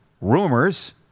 rumors